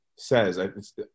Says